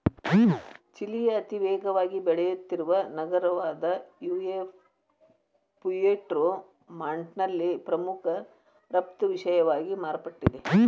ಚಿಲಿಯ ಅತಿವೇಗವಾಗಿ ಬೆಳೆಯುತ್ತಿರುವ ನಗರವಾದಪುಯೆರ್ಟೊ ಮಾಂಟ್ನಲ್ಲಿ ಪ್ರಮುಖ ರಫ್ತು ವಿಷಯವಾಗಿ ಮಾರ್ಪಟ್ಟಿದೆ